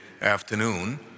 afternoon